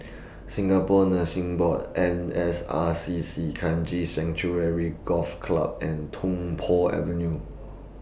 Singapore Nursing Board N S R C C Kranji Sanctuary Golf Club and Tung Po Avenue